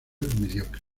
mediocre